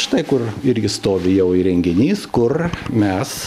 štai kur irgi stovi jau įrenginys kur mes